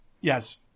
Yes